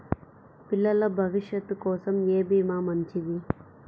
పిల్లల భవిష్యత్ కోసం ఏ భీమా మంచిది?